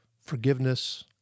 forgiveness